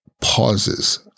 pauses